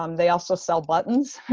um they also sell buttons,